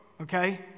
Okay